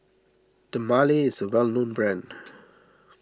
Dermale is a well known brand